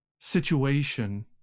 situation